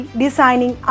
designing